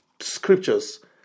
scriptures